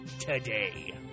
today